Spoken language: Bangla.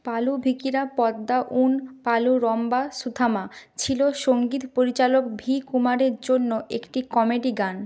পালু ভিকিরা পদ্মা উন পালু রম্বা সুথামা ছিলো সঙ্গীত পরিচালক ভি কুমারের জন্য একটি কমেডি গান